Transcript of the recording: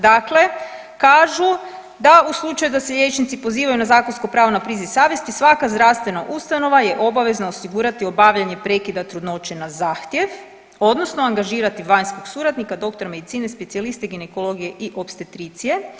Dakle, kažu da u slučaju da se liječnici pozivaju na zakonsko pravo na priziv savjesti svaka zdravstvena ustanova je obavezna osigurati obavljanje prekida trudnoće na zahtjev odnosno angažirati vanjskog suradnika doktora medicine specijaliste ginekologije i opstetricije.